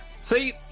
See